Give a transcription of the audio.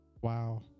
wow